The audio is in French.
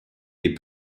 est